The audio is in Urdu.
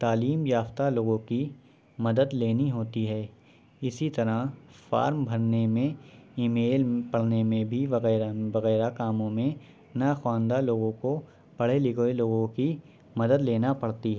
تعلیم یافتہ لوگوں کی مدد لینی ہوتی ہے اسی طرح فارم بھرنے میں ای میل پڑھنے میں بھی وغیرہ وغیرہ کاموں میں نا خواندہ لوگوں کو پڑھے لکھے لوگوں کی مدد لینا پڑتی ہے